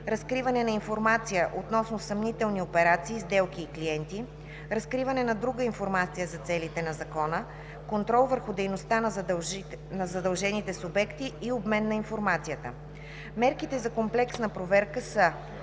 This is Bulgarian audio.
Разкриване на информация относно съмнителни операции, сделки и клиенти. 5. Разкриване на друга информация за целите на закона. 6. Контрол върху дейността на задължените субекти и обмен на информация. Мерките за комплексна проверка са: